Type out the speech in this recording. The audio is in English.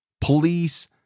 police